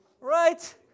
Right